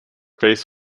faced